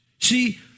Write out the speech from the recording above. See